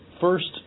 first